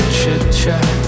chit-chat